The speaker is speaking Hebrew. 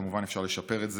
כמובן, אפשר לשפר את זה.